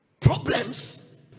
problems